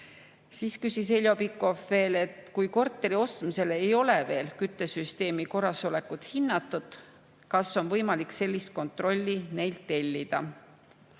Siis küsis Heljo Pikhof, et kui korteri ostmisel ei ole veel küttesüsteemi korrasolekut hinnatud, kas on võimalik sellist kontrolli neilt tellida.